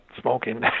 smoking